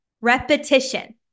Repetition